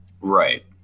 right